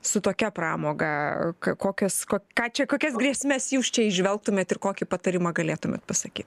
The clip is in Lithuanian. su tokia pramoga ką kokios ko ką čia kokias grėsmes jūs čia įžvelgtumėt ir kokį patarimą galėtumėt pasakyt